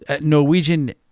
norwegian